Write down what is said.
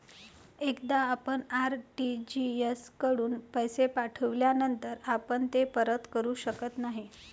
एकदा आपण आर.टी.जी.एस कडून पैसे पाठविल्यानंतर आपण ते परत करू शकत नाही